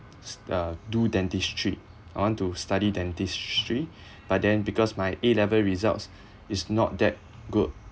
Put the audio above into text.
stu~ uh do dentistry I want to study dentistry but then because my A level results is not that good